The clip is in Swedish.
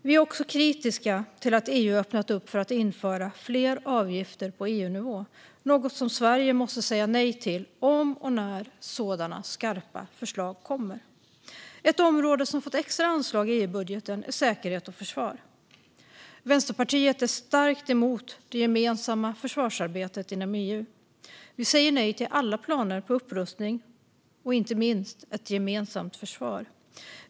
Vi är också kritiska till att EU öppnat upp för att införa fler avgifter på EU-nivå, något som Sverige måste säga nej till om och när sådana skarpa förslag kommer. Ett område som fått extra anslag i EU-budgeten är säkerhet och försvar. Vänsterpartiet är starkt emot det gemensamma försvarsarbetet inom EU. Vi säger nej till alla planer på upprustning och inte minst till gemensamt försvar.